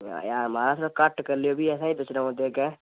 एह् महाराज थोह्ड़ा घट्ट करी लैओ फ्ही असें बी बेचने पौंदे अग्गै